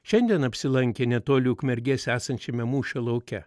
šiandien apsilankę netoli ukmergės esančiame mūšio lauke